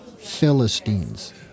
Philistines